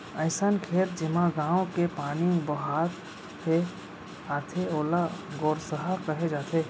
अइसन खेत जेमा गॉंव के पानी बोहा के आथे ओला गोरसहा कहे जाथे